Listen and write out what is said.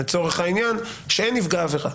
לצורך העניין, שבהם אין נפגע עבירה?